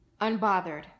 Unbothered